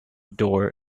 door